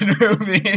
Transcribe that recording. movie